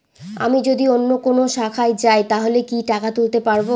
আমি যদি অন্য কোনো শাখায় যাই তাহলে কি টাকা তুলতে পারব?